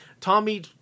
Tommy